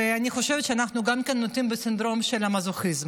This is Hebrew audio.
אני חושבת שאנחנו גם כן לוקים בסינדרום מזוכיזם